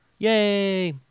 Yay